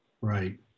Right